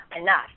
enough